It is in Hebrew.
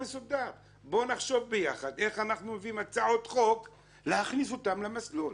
בוא נחשוב ביחד איך אנחנו מביאים הצעות חוק כדי להכניס אותם למסלול.